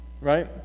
Right